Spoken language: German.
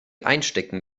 einstecken